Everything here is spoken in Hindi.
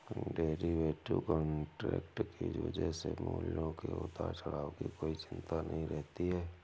डेरीवेटिव कॉन्ट्रैक्ट की वजह से मूल्यों के उतार चढ़ाव की कोई चिंता नहीं रहती है